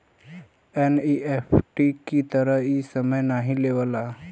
NEFT की तरह इ समय नाहीं लेवला